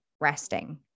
resting